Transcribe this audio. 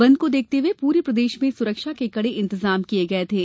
बंद को देखते हुए प्रे प्रदेश में सुरक्षा के कडे इंतजाम किये गये थे